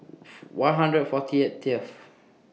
one hundred forty eight eighth